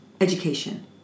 education